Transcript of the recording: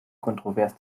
kontrovers